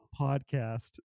podcast